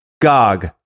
GOG